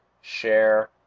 share